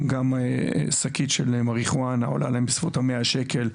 גם שקית של מריחואנה עולה להם בסביבות המאה שקל,